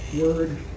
word